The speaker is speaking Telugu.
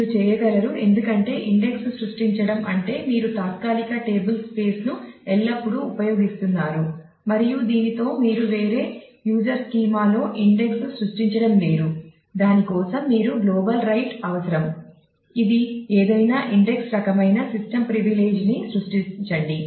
మీరు చేయగలరు ఎందుకంటే ఇండెక్స్ ను సృష్టించడం అంటే మీరు తాత్కాలిక టేబుల్స్పేస్ అవసరం ఇది ఏదైనా ఇండెక్స్ రకమైన సిస్టమ్ ప్రివిలేజ్ ని సృష్టించండి